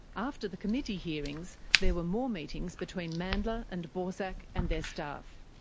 after the committee hearings, there were more meetings between mandla and borsak and their staff.